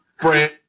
brand